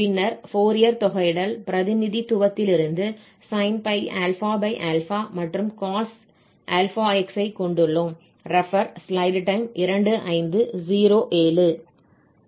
பின்னர் ஃபோரியர் தொகையிடல் பிரதிநிதித்துவத்திலிருந்து sinπ∝ மற்றும் cos αx ஐ கொண்டுள்ளோம்